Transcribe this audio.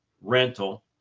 rental